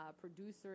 producer